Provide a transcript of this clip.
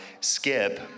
Skip